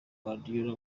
guardiola